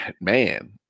man